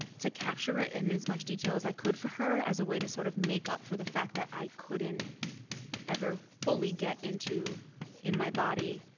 to capture it in as much detail as i could for her as a way to sort of make up for the fact that i couldn't ever fully get into in my body,